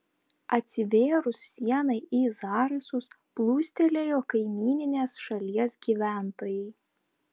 atsivėrus sienai į zarasus plūstelėjo kaimyninės šalies gyventojai